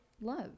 love